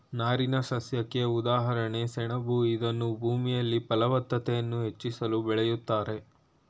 ನಾರಿನಸಸ್ಯಕ್ಕೆ ಉದಾಹರಣೆ ಸೆಣಬು ಇದನ್ನೂ ಭೂಮಿಯಲ್ಲಿ ಫಲವತ್ತತೆಯನ್ನು ಹೆಚ್ಚಿಸಲು ಬೆಳಿತಾರೆ